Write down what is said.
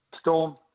Storm